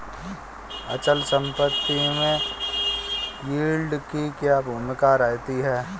अचल संपत्ति में यील्ड की क्या भूमिका रहती है?